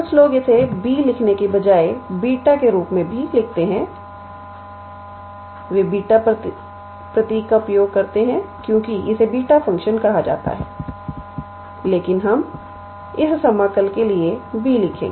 कुछ लोग इसे B लिखने के बजाय 𝛽 के रूप में भी लिखते हैं वे 𝛽 प्रतीक का उपयोग करते हैं क्योंकि इसे बीटा फ़ंक्शन कहा जाता है लेकिन हम इस समाकल के लिए B लिखेंगे